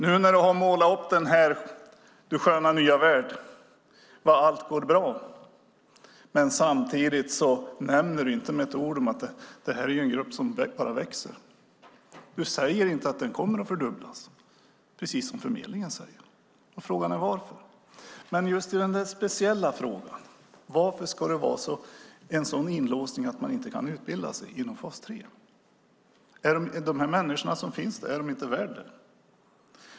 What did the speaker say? Nu har du målat upp du sköna nya värld och hur bra allt går. Du nämner inte att det här är en grupp som växer. Du säger inte, som förmedlingen, att den kommer att fördubblas. Varför? Varför ska det vara en sådan inlåsning att man inte kan utbilda sig inom fas 3? Är inte de människor som finns där värda det?